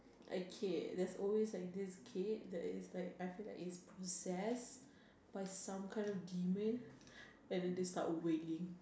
a kid there's always like this kid that is like I feel like his possessed by some kind of demon and then they start whaling